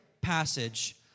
passage